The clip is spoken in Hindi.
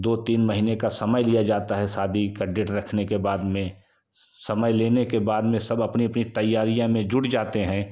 दो तीन महीने का समय लिया जाता है शादी का डेट रखने के बाद में समय लेने के बाद में सब अपनी अपनी तैयारियाँ में जुट जाते हैं